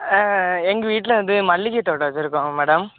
எங்கள் வீட்டில் வந்து மல்லிகை தோட்டம் வச்சுருக்கோங்க மேடம்